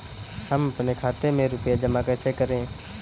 हम अपने खाते में रुपए जमा कैसे करें?